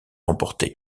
remporté